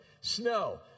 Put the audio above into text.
Snow